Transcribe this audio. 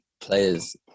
players